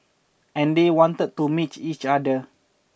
and they wanted to meet each other